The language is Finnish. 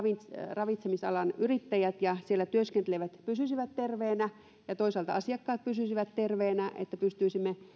ravitsemisalan yrittäjät ja siellä työskentelevät pysyisivät terveinä ja toisaalta asiakkaat pysyisivät terveinä että pystyisimme